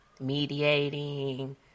mediating